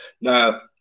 Now